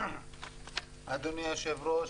אדוני היושב-ראש,